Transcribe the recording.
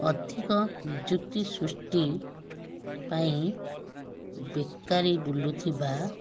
ଅଧିକ ନିଯୁକ୍ତି ସୃଷ୍ଟି ପାଇଁ ବେକାରୀ ବୁଲୁଥିବା